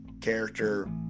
character